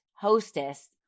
hostess